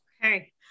Okay